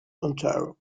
ontario